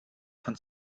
von